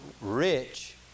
rich